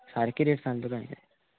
सारकी रेट सांगल्या तुका हांवें